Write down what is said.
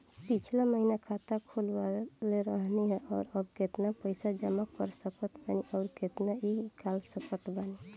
पिछला महीना खाता खोलवैले रहनी ह और अब केतना पैसा जमा कर सकत बानी आउर केतना इ कॉलसकत बानी?